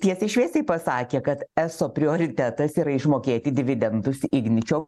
tiesiai šviesiai pasakė kad eso prioritetas yra išmokėti dividendus igničio